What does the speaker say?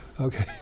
Okay